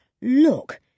Look